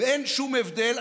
ואין שום הבדל,